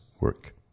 work